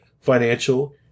financial